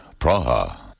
Praha